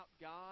God